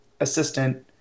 assistant